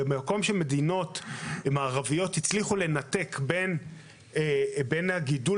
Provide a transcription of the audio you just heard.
במקום שמדינות מערביות הצליחו לנתק בין הגידול